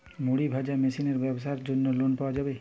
মুড়ি ভাজা মেশিনের ব্যাবসার জন্য লোন পাওয়া যাবে?